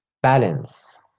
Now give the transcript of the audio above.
Balance